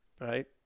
right